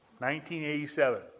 1987